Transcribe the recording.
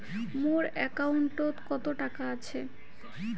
মোর একাউন্টত কত টাকা আছে?